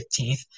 15th